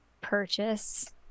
purchase